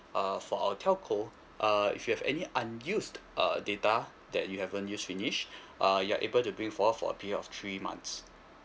uh for our telco uh if you have any unused err date that you haven't use finish uh you're able to bring forward for a period of three months